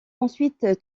ensuite